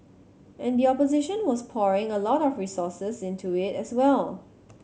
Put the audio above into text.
and the opposition was pouring a lot of resources into it as well